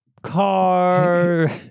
car